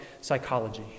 psychology